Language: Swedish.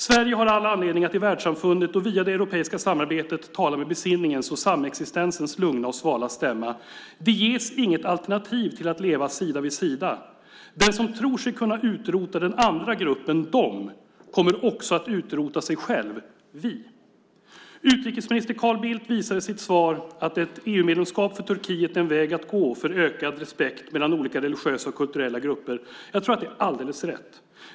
Sverige har all anledning att i världssamfundet och via det europeiska samarbetet tala med besinningens och samexistensens lugna och svala stämma. Det ges inget alternativ till att leva sida vid sida. Den som tror sig kunna utrota den andra gruppen - de - kommer också att utrota sig själv - vi. Utrikesminister Carl Bildt visar i sitt svar att ett EU-medlemskap för Turkiet är en väg att gå för ökad respekt mellan olika religiösa och kulturella grupper. Jag tror att det är alldeles rätt.